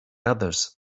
others